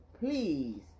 please